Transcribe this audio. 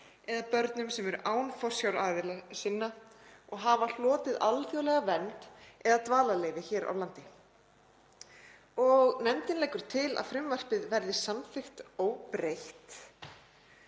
eða börnum sem eru án forsjáraðila sinna og hafa hlotið alþjóðlega vernd eða dvalarleyfi hér á landi. Nefndin leggur til að frumvarpið verði samþykkt óbreytt.